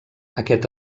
aquest